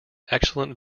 excellent